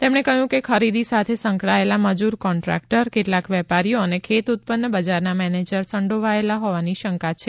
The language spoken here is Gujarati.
તેમણે કહ્યું કે ખરીદી સાથે સંકળાયેલા મજૂર કોન્ટ્રાક્ટર કેટલાંક વેપારીઓ અને ખેત ઉત્પન્ન બજારના મેનેજર સંડોવાયેલા હોવાની શંકા છે